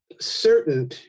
certain